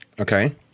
Okay